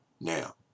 Now